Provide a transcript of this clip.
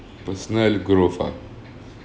personal growth ah